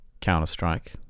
counter-strike